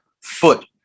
foot